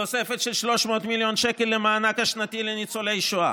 תוספת של 300 מיליון שקל למענק השנתי לניצולי שואה,